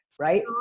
right